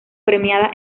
premiada